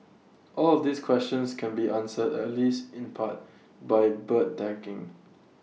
all of these questions can be answered at least in part by bird tagging